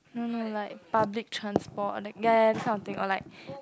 no no like public transport that ya ya this kind of thing or like